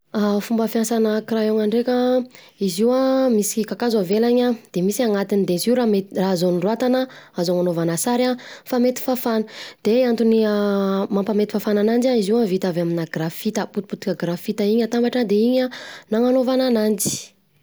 Fomba fiasana crayon-na ndreka izy io na misy kakazo avelany de misy anatiny de izy io raha azo anoratana, azo ananaovana sary an, fa mety fafana, de antony an mampa mety fafana ananjy an, izy io an vita avy aminà grafita, potipotika grafita iny atambatra, de iny nanagnaovana ananjy.